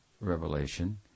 revelation